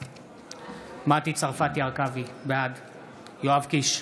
בעד מטי צרפתי הרכבי, בעד יואב קיש,